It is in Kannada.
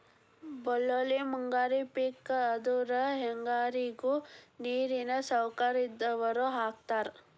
ಬಳ್ಳೋಳ್ಳಿ ಮುಂಗಾರಿ ಪಿಕ್ ಆದ್ರು ಹೆಂಗಾರಿಗು ನೇರಿನ ಸೌಕರ್ಯ ಇದ್ದಾವ್ರು ಹಾಕತಾರ